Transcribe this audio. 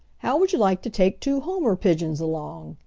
how would you like to take two homer pigeons along?